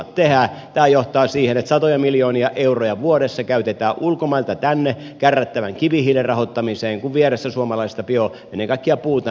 tämä johtaa siihen että satoja miljoonia euroja vuodessa käytetään ulkomailta tänne kärrättävän kivihiilen rahoittamiseen kun vieressä suomalaista bioa ennen kaikkea puuta mätänee metsään